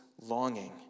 longing